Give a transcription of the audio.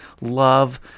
love